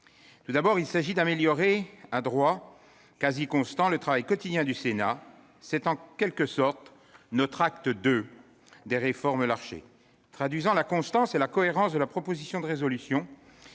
Tout d'abord, il s'agit d'améliorer à droit « quasi constant » le travail quotidien du Sénat. C'est en quelque sorte notre « acte II » des réformes Larcher, traduisant la constance et la cohérence de la présente proposition de résolution